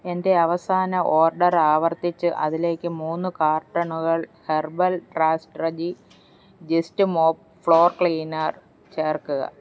എന്റെ അവസാന ഓർഡർ ആവർത്തിച്ച് അതിലേക്ക് മൂന്ന് കാർട്ടണുകൾ herbal strategy just mop floor cleaner ചേർക്കുക